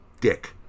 dick